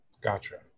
Gotcha